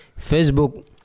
Facebook